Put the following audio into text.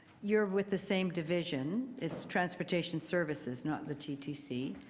you're with the same division, it's transportation services, not the ttc.